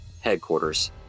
Headquarters